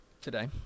today